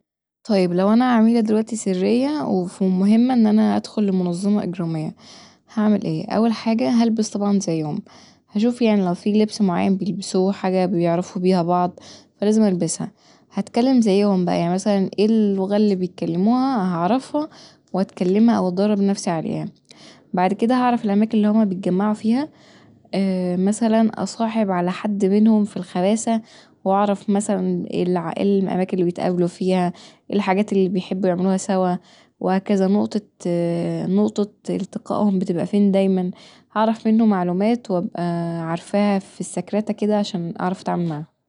طيب لو انا عميلة دلوقتي سرية وفي مهمه ان انا ادخل لمنظمة اجرامية هعمل ايه، اول حاجه هلبس طبعا زيهم هشوب يعني لو فيه لبس معين بيلبسوه حاجه بيعرفوا بيها بعض فلازم ألبسها، هتكلم زيهم بقي يعني مثلا ايه اللغة اللي بيتكلموها هعرفها واتكلمها وهدرب نفسي عليها بعد كدا هعرف الأماكن اللي هما بيتجمعوا فيها مثلا أصاحب حد منهم في الخباثه وأعرف مثلا ايه الأماكن اللي بيتقابلوا فيها ايه الحاجات اللي بيحبوا يعملوها سوا وهكذا نقطة نقطة إلتقائهم بتبقي فين دايما، هعرف منه معلومات وابقي عارفاها كدا في السكرته عشان أعرف اتعامل معاهم